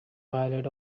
pilot